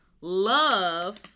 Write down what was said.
Love